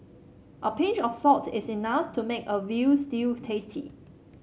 a pinch of salt is enough to make a veal stew tasty